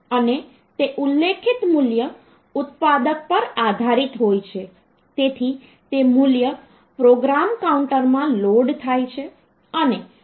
તેથી 0 થી 9 ત્યાં છે અને તે પછી આપણે કહીએ છીએ A standing for 10 B standing for 11 C standing for 12 અને તે જ રીતે D E અને F છે